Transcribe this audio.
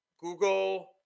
Google